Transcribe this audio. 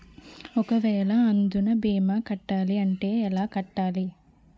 ఒక వేల అందునా భీమా కట్టాలి అంటే ఎలా కట్టాలి?